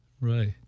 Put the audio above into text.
Right